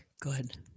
good